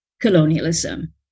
colonialism